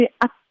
up